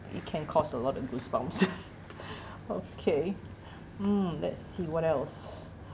it can cause a lot of goosebumps okay mm let's see what else